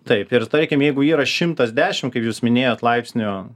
taip ir tarkim jeigu yra šimtas dešim kaip jūs minėjot laipsnių